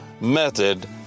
Method